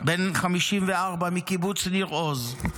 בן 54, מקיבוץ ניר עוז.